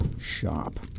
shop